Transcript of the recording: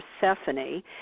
Persephone